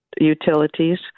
utilities